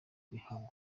rihabwa